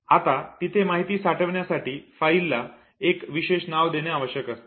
आता तिथे माहिती साठविण्यासाठी फाईल ला एक विशेष नाव देणे आवश्यक असते